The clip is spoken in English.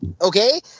okay